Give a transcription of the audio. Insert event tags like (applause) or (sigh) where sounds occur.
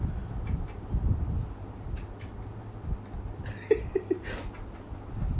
(laughs)